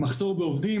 יש גם מחסור בעובדים.